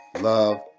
love